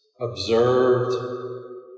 observed